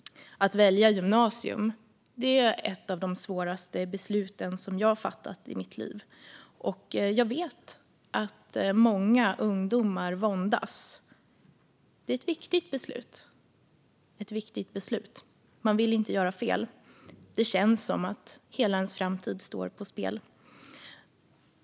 Att välja gymnasium är ett av de svåraste besluten som jag har fattat i mitt liv. Jag vet att många ungdomar våndas. Det är ett viktigt beslut, och man vill inte göra fel. Det känns som att hela ens framtid står på spel.